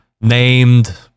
named